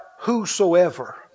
whosoever